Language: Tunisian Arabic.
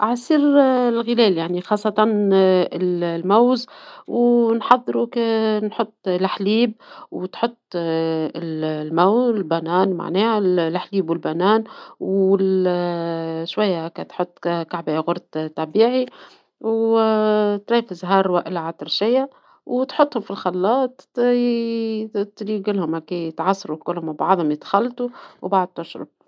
عصير الغذائي خاصة الموز ، نحط الحليب وتحط الموز ، الحليب والموز ، وشوية هكا تحط علبة ياغورت طبيعي ، وماء الزهر والا عطرجية ، تحطهم في الخلاط يتعصروا مع بعضهم من بعد تشرب